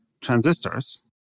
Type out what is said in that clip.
transistors